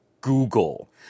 Google